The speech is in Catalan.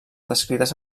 descrites